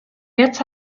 jetzt